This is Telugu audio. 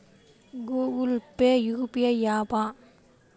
గూగుల్ పే యూ.పీ.ఐ య్యాపా?